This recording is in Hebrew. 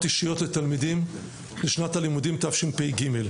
אישיות לתלמידים לשנת הלימודים תשפ"ג.